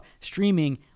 streaming